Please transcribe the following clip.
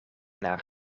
naar